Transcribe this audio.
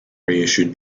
reissued